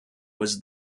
was